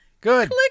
Good